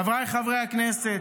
חבריי חברי הכנסת,